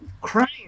crying